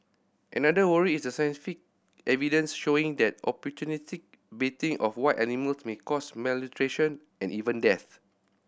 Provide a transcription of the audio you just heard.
another worry is a scientific evidence showing that opportunistic baiting of wild animals may cause malnutrition and even death